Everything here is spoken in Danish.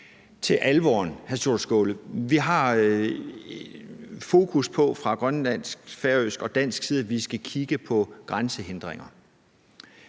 det alvorlige, hr. Sjúrður Skaale. Vi har fra grønlandsk, færøsk og dansk side fokus på, at vi skal kigge på grænsehindringer.